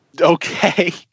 okay